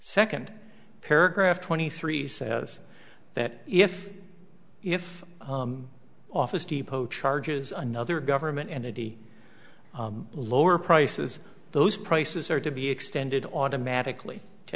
second paragraph twenty three says that if if office depot charges another government entity lower prices those prices are to be extended automatically to